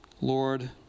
Lord